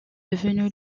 devenu